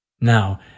Now